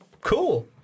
Cool